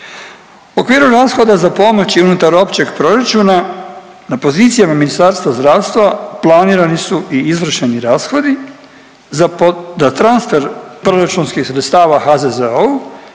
U okviru rashoda za pomoći unutar općeg proračuna na pozicijama Ministarstva zdravstva planirani su i izvršeni rashodi za transfer proračunskih sredstava HZZO-u